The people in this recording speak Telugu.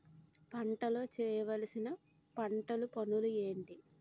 పంటలో చేయవలసిన పంటలు పనులు ఏంటి?